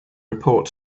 report